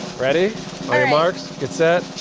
ready on your marks, get set,